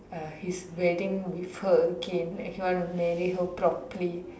a his wedding with her again he wants to marry her properly